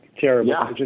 Terrible